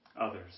others